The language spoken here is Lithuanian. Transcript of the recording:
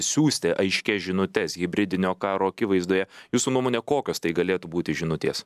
siųsti aiškią žinutes hibridinio karo akivaizdoje jūsų nuomone kokios tai galėtų būti žinutės